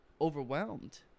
overwhelmed